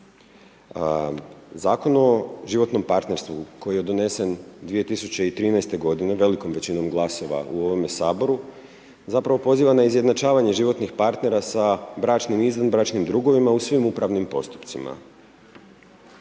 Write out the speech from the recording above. Zakon o životnom partnerstvu koji je donesen 2013. godine velikom većinom glasova u ovome Saboru zapravo poziva na izjednačavanje životnih partnera sa bračnim i izvanbračnim drugovima u svim upravnim postupcima.